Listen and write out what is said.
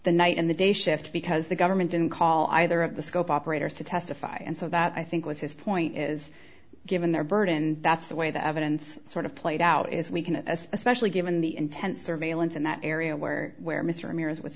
the night and the day shift because the government didn't call either of the scope operators to testify and so that i think was his point is given their burden and that's the way the evidence sort of played out as we can especially given the intense or valence in that area where where m